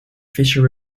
fisher